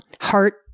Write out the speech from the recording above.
heart